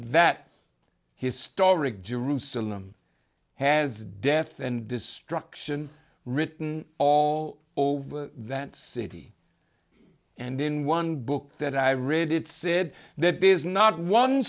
that historic jerusalem has death and destruction written all over that city and in one book that i read it said that there's